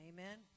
Amen